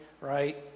right